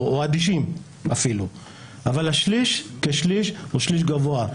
אדישים אבל השליש כשליש הוא שליש גבוה.